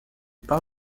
par